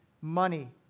money